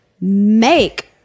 make